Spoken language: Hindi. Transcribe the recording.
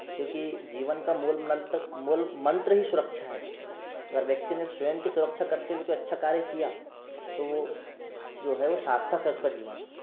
क्योंकि जीवन का मूल मंत्र मूल मंत्र ही सुरक्षा है अगर व्यक्ति ने स्वयं की सुरक्षा करते हुए कोई अच्छा कार्य किया तो जो है वह सार्थक है उसका जीवन